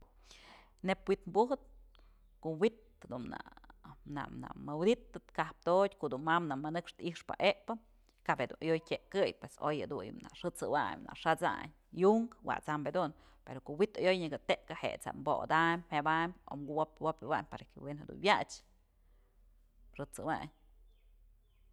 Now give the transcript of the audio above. Neybwi'it bujëp kuwi'it dun na na na namë wëdi'itëp kaptotyë ko'o dun ma'a nëmë nëkxëp i'ixpë epë kap jedunyoy tyekëy pues oy jaduyë në xët'sëwayn xat'sayn yunk wat'sam jedun pero ko'o wi'it ayoy nyëkë tëkë jet'së bodaym jebaym o ku'u wop wopyëwayn para que we'en jedun wyach xët'sëwayn.